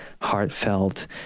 heartfelt